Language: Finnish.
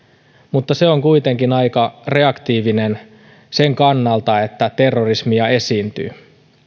mutta se on kuitenkin aika reaktiivista sen sen kannalta että terrorismia esiintyy